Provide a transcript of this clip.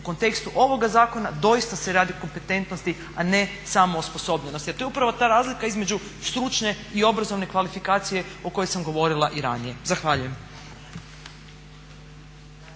U kontekstu ovoga zakona doista se radi o kompetentnosti a ne samo o osposobljenosti. Jer to je upravo ta razlika između stručne i obrazovne kvalifikacije o kojoj sam govorila i ranije. Zahvaljujem.